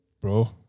bro